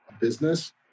business